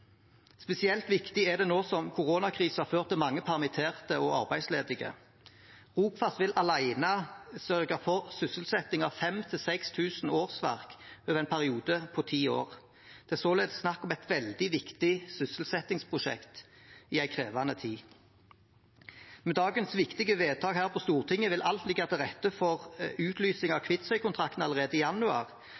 Spesielt viktig er det nå som koronakrisen har ført til mange permitterte og arbeidsledige. Rogfast vil alene sørge for sysselsetting av 5 000–6 000 årsverk over en periode på ti år. Det er således snakk om et veldig viktig sysselsettingsprosjekt i en krevende tid. Med dagens viktige vedtak her på Stortinget vil alt ligge til rette for utlysing av Kvitsøy-kontrakten allerede i januar,